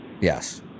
yes